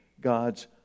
God's